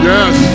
Yes